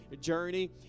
journey